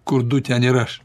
kur du ten ir aš